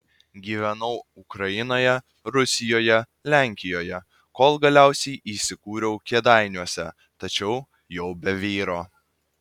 gyvenau ukrainoje rusijoje lenkijoje kol galiausiai įsikūriau kėdainiuose tačiau jau be vyro